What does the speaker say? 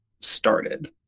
started